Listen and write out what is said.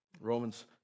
Romans